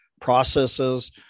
processes